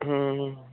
हम्म हम्म